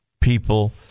people